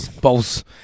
balls